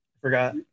Forgot